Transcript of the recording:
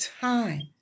time